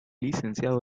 licenciado